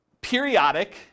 periodic